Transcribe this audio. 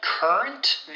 Current